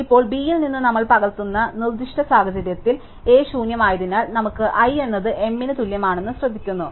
ഇപ്പോൾ B യിൽ നിന്ന് നമ്മൾ പകർത്തുന്ന നിർദ്ദിഷ്ട സാഹചര്യത്തിൽ A ശൂന്യമായതിനാൽ നമുക്ക് i എന്നത് m ന് തുല്യമാണെന്ന് ശ്രദ്ധിക്കുന്നു